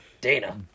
Dana